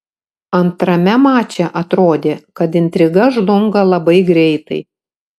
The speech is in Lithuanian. antrame mače atrodė kad intriga žlunga labai greitai